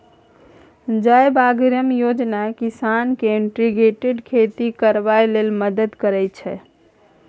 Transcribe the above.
जयबागरिहम योजना किसान केँ इंटीग्रेटेड खेती करबाक लेल मदद करय छै